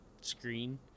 screen